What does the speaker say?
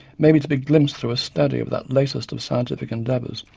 maybe to be glimpsed through a study of that latest of scientific endeavours,